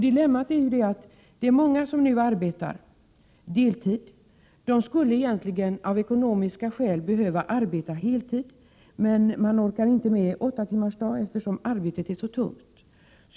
Dilemmat är att det är många som nu arbetar deltid men som av ekonomiska skäl skulle behöva arbeta heltid. Men man orkar inte med åtta timmars arbetsdag, eftersom arbetet är så tungt.